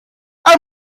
our